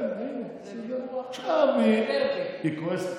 כן, הינה, עכשיו היא, עכשיו היא כועסת.